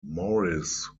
morris